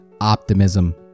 optimism